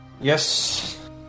Yes